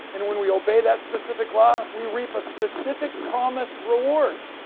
and when we obey that specific law, we reap a specific promised reward.